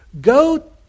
go